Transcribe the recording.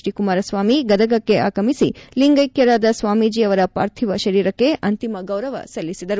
D Kumaraswamy ಗದಗಕ್ಕೆ ಆಗಮಿಸಿ ಲಿಂಗೈಕ್ಯರಾದ ಸ್ವಾಮಿಜಿ ಅವರ ಪಾರ್ಥಿವ ಶರೀರಕ್ಕೆ ಅಂತಿಮ ಗೌರವ ಸಲ್ಲಿಸಿದರು